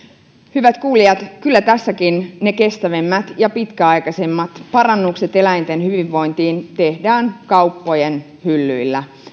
hyvät kuulijat kyllä tässäkin ne kestävimmät ja pitkäaikaisimmat parannukset eläinten hyvinvointiin tehdään kauppojen hyllyillä